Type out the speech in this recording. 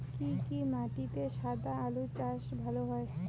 কি কি মাটিতে সাদা আলু চাষ ভালো হয়?